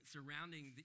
Surrounding